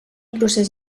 procés